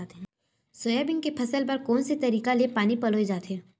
Soybean के फसल बर कोन से तरीका ले पानी पलोय जाथे?